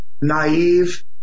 naive